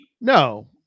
No